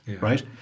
right